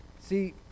See